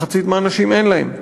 ומחצית מהאנשים, אין להם.